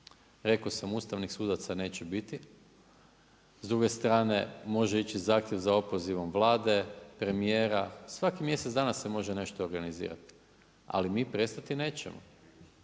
rekao sam, ustavnih sudaca neće biti, s druge strane, može ići zahtjev za opozivom Vlade, premijera, svakih mjesec dana se može nešto organizirat. Ali mi prestati nećemo.